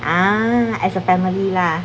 ah as a family